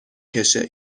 کشه